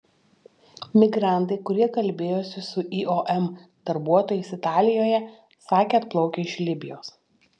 migrantai kurie kalbėjosi su iom darbuotojais italijoje sakė atplaukę iš libijos